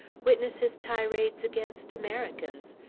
witness his tirades against americans,